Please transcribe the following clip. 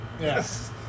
Yes